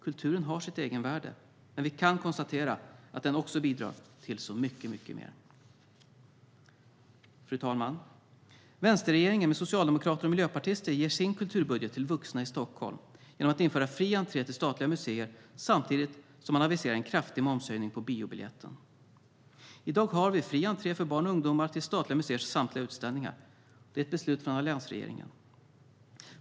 Kulturen har sitt egenvärde, men vi kan konstatera att den också bidrar till så mycket mer. Fru talman! Vänsterregeringen med socialdemokrater och miljöpartister ger sin kulturbudget till vuxna i Stockholm genom att införa fri entré till statliga museer samtidigt som man aviserar en kraftig momshöjning på biobiljetten. I dag har vi fri entré för barn och ungdomar till statliga museers samtliga utställningar. Det är ett beslut från alliansregeringen.